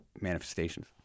manifestations